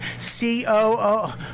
C-O-O